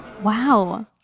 Wow